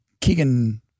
Keegan –